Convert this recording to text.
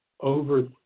Over